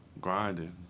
grinding